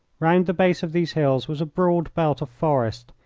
round the base of these hills was a broad belt of forest.